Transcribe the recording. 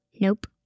nope